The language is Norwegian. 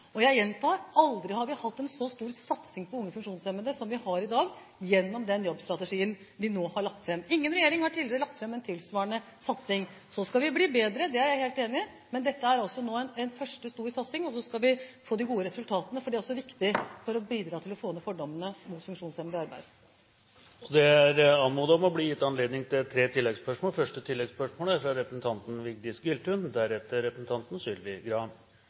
og jeg gjentar: Aldri har vi hatt en så stor satsing på unge funksjonshemmede som vi har i dag, gjennom den jobbstrategien vi nå har lagt fram. Ingen regjering har tidligere lagt fram en tilsvarende satsing. Så skal vi bli bedre – det er jeg helt enig i – men dette er også nå en første, stor satsing. Så skal vi få de gode resultatene, for det er også viktig for å bidra til å få ned fordommene mot funksjonshemmede i arbeid. Det blir gitt anledning til tre